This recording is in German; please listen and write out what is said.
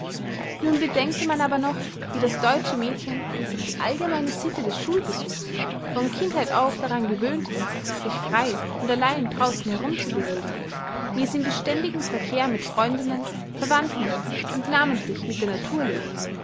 nun bedenke man aber noch wie das deutsche mädchen durch die allgemeine sitte des schulbesuchs von kindheit auf daran gewöhnt ist sich frei und allein draußen herum zu bewegen wie es in beständigem verkehr mit freundinnen verwandten und namentlich mit der natur lebt